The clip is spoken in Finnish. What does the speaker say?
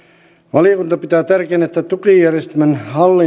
valiokunta pitää tärkeänä että tukijärjestelmän